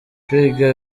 kwiga